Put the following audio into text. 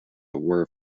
were